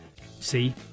See